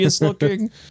looking